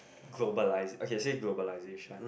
globalisa~ okay say globalisation